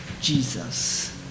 Jesus